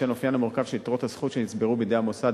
בשל אופיין המורכב של יתרות הזכות שנצברו במוסד,